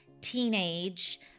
teenage